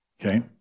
Okay